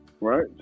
right